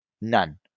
None